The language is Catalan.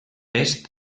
est